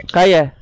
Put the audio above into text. Kaya